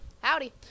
Howdy